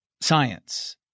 science